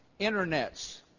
internets